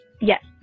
Yes